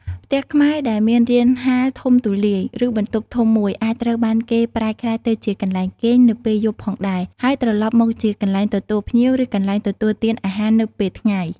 ផ្ទះខ្មែរដែលមានរានហាលធំទូលាយ ឬបន្ទប់ធំមួយ អាចត្រូវបានគេប្រែក្លាយទៅជាកន្លែងគេងនៅពេលយប់ផងដែរ ហើយត្រឡប់មកជាកន្លែងទទួលភ្ញៀវ ឬកន្លែងទទួលទានអាហារនៅពេលថ្ងៃ។។